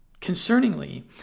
concerningly